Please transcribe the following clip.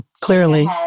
clearly